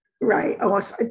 Right